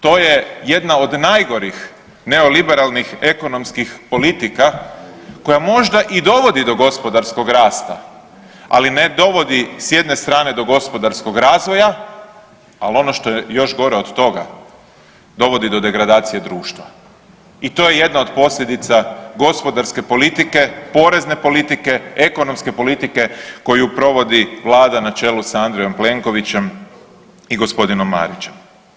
To je jedna od najgorih neoliberalnih ekonomskih politika koja možda i dovodi do gospodarskog rasta, ali ne dovodi, s jedne strane do gospodarskog razvoja, ali ono što je još gore od toga, dovodi do degradacije društva i to je jedna od posljedica gospodarske politike, porezne politike, ekonomske politike koju provodi Vlada na čelu s Andrejom Plenkovićem i g. Marićem.